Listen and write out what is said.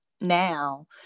now